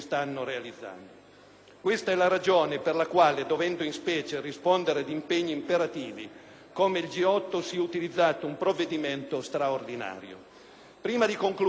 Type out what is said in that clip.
Questa ela ragione per la quale, dovendo in specie rispondere ad impegni imperativi come il G8, si e utilizzato un provvedimento straordinario.